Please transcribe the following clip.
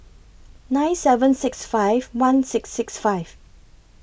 nine seven six five one six six five